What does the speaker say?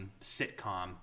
sitcom